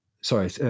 Sorry